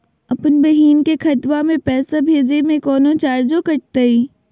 अपन बहिन के खतवा में पैसा भेजे में कौनो चार्जो कटतई?